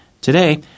Today